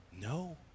no